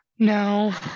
No